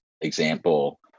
example